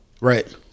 Right